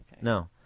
No